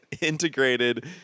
integrated